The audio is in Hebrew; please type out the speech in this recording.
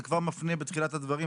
זה כבר מפנה בתחילת הדברים,